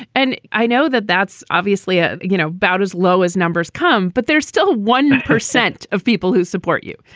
and i know that that's obviously a, you know, bout as low as numbers come, but there's still one percent of people who support you.